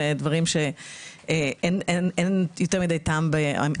ודברים שאין יותר טעם בהם.